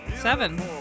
Seven